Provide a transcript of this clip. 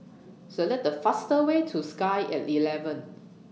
Select The fast Way to Sky At eleven